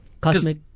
Cosmic